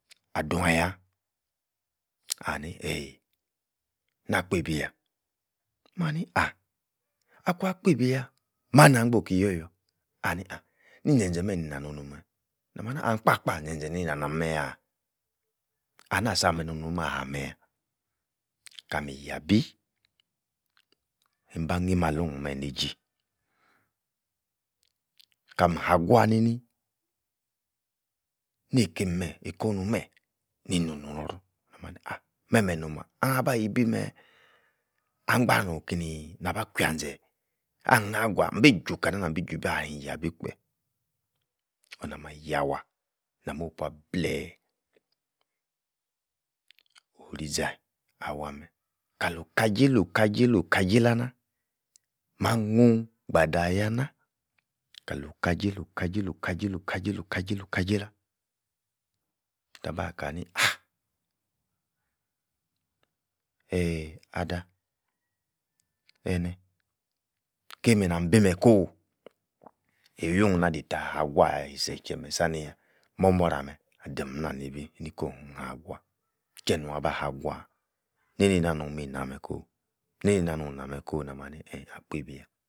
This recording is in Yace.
Adun-ah-yah, ani-ei, nakpeibi-yah mah-ni-aah akuan kpeibi-yah, mah-na-kpun ki-yor-yor? ani aah, ni-zen-ze meh-nina-no-nu meh namah-ni. lim-kpah-kpah zen-ze ninah-nam-meh-yah? ah-nah-sah-me no-nuh-mah-haa meh-yab, Kami-Yabi imba-nyi-malo'rn meh neijei, kam-ha gwah-ni-ni nei-keim meh, eikosh-nu-meh ni no nuo vor!, nah-mah-ni, ah! meh-meh nom-mah? ahn abalik meeh, angban nokini, nah-bah Kwia-ze ahn- hnn agwuah? imbi-ju kana-nam-biju-bah? ahin yabi kpe! onash-mah yah-wah namosh-pu-ableh orizi-awal meh kalo-kajeila-Kajeilo-kajeila nah!". mah-nuhn gbadaaah Yah-nah!". kalo-Kajeilo-Kajeilo-Kajeilo- kajeilo-Kajeilo-kafeila!! taba-kani aah!! eeeh adah, ene, ikemeh nami bi mekooh iwui-nah-dei-tah oh a-gwah yi-seh-chie-meh Sani-yah! mor-mor-rah ah-meh, adam-nah-nibi niko-nha-gwah, chie-nuaba ha-guah, meb neinei-nah nomi-Mah-meh Köoh neina, nu-nah-meh ko'ob, na-mah ni-ei, akpebiyah.